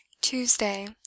Tuesday